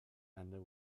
ended